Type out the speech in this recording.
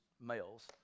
males